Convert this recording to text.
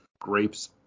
grapes